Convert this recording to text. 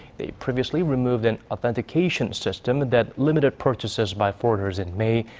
they previously removed an authentication system that limited purchases by foreigners in may,